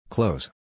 Close